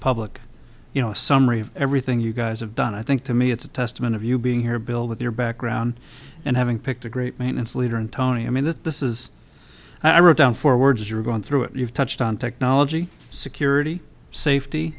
public you know a summary of everything you guys have done i think to me it's a testament of you being here bill with your background and having picked a great man and a leader and tony i mean this is i wrote down four words you're going through it you've touched on technology security safety